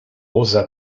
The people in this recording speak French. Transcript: rosa